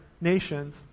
nations